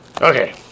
Okay